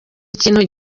ikintu